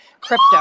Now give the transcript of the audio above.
crypto